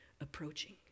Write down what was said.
approaching